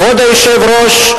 כבוד היושב-ראש,